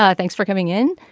ah thanks for coming in.